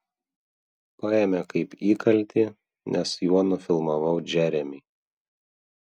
paėmė kaip įkaltį nes juo nufilmavau džeremį